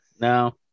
no